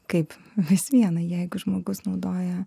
kaip vis viena jeigu žmogus naudoja